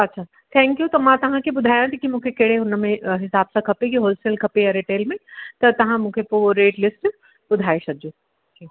अच्छा thank you त मां तव्हांखे ॿुधायां थी की मूंखे कहिड़े हुनमें हिसाब सां खपे की होलसेल खपे या रिटेल में त तव्हां मूंखे पोइ रेट लिस्ट ॿुधाए छॾिजो